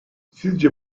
sizce